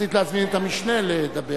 רציתי להזמין את המשנה לדבר.